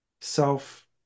self